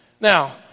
Now